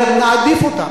על כן אני אומר: נעדיף אותם,